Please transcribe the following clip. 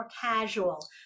casual